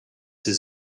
his